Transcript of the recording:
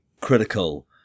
critical